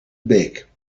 beek